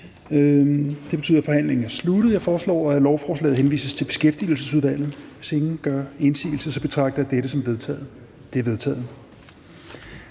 bedt om ordet, er forhandlingen sluttet. Jeg foreslår, at forslaget henvises til Retsudvalget. Hvis ingen gør indsigelse, betragter jeg dette som vedtaget. Det er vedtaget.